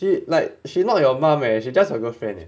she like she not your mom eh she just your girlfriend eh